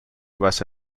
basa